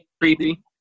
Creepy